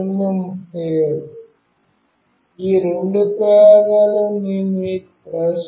ఈ రెండు ప్రయోగాలు మేము మీకు ప్రదర్శనలో చూపిస్తాము